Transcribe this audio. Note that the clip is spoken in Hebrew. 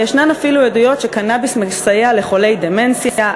וישנן אפילו עדויות שקנאביס מסייע מאוד לחולי דמנציה,